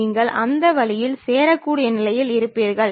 நீங்கள் அந்த வழியில் சேரக்கூடிய நிலையில் இருப்பீர்கள்